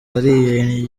wariye